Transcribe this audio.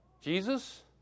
Jesus